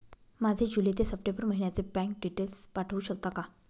माझे जुलै ते सप्टेंबर महिन्याचे बँक डिटेल्स पाठवू शकता का?